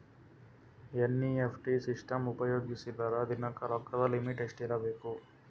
NEFT system ಉಪಯೋಗಿಸಿದರ ದಿನದ ರೊಕ್ಕದ ಲಿಮಿಟ್ ಎಷ್ಟ ಇರಬೇಕು?